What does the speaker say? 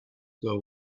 ago